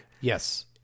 Yes